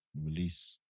Release